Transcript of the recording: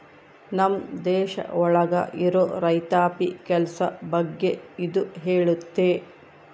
ನಮ್ ದೇಶ ಒಳಗ ಇರೋ ರೈತಾಪಿ ಕೆಲ್ಸ ಬಗ್ಗೆ ಇದು ಹೇಳುತ್ತೆ